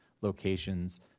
locations